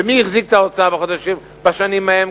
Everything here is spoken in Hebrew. ומי החזיק את האוצר בשנים ההן?